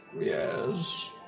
Yes